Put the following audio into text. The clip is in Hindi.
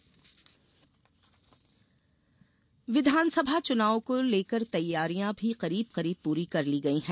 मतदाता पर्ची विधानसभा चुनाव को लेकर तैयारियां भी करीब करीब पूरी कर ली गई हैं